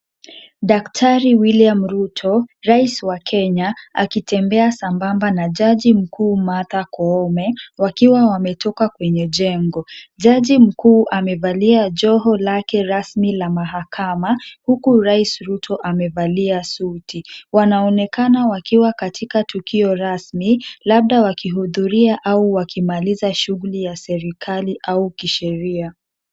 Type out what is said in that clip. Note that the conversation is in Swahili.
Daktari William Ruto rais wa Kenya, akitembea sambamba na jajii mkuu Martha Koome wakiwa wametoka kwenye jengo. Jajii mkuu amevalia joho lake rasmi la mahakama huku, rais Ruto amevalia suti. Wanaonekana wakiwa katika tukio rasmi, labda wakihudhuria au wakimaliza shuguli ya serikali au kisheria.